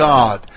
God